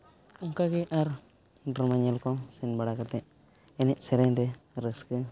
ᱚᱱᱠᱟ ᱜᱮ ᱟᱨ ᱰᱨᱟᱢᱟ ᱧᱮᱞ ᱠᱚ ᱥᱮᱱ ᱵᱟᱲᱟ ᱠᱟᱛᱮ ᱮᱱᱮᱡ ᱥᱮᱨᱮᱧ ᱨᱮ ᱨᱟᱹᱥᱠᱟᱹ